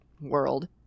world